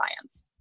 science